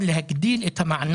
מי נגד?